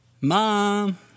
Mom